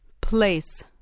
Place